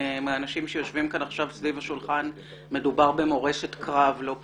מהאנשים שיושבים כאן עכשיו סביב השולחן מדובר במורשת קרב ולא פחות.